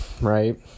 right